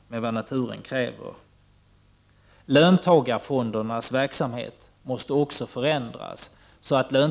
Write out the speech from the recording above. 13 december 1989 Också löntagarfondernas verksamhet måste förändras, så att de